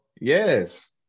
Yes